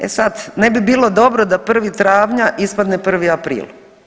E sad, ne bi bilo dobro da 1. travnja ispadne prvi april.